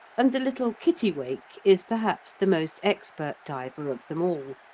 and the little kittiwake is perhaps the most expert diver of them all,